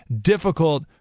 difficult